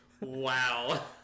Wow